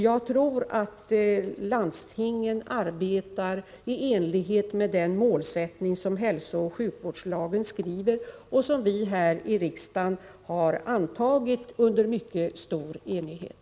Jag tror att landstingen arbetar i enlighet med hälsooch sjukvårdslagens målsättning. Den lagen har riksdagen antagit under mycket stor enighet.